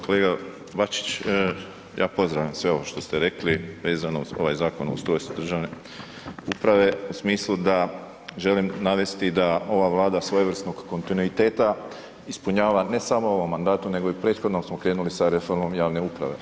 Kolega Bačić, ja pozdravljam sve ovo što ste rekli vezano uz ovaj zakon o ustrojstvu državne uprave u smislu da želim navesti da ova Vlada svojevrsnog kontinuiteta ispunjava ne samo u ovom mandatu nego i u prethodnom smo krenuli sa reformom javne uprave.